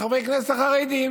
חברי הכנסת החרדים.